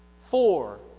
Four